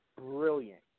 brilliant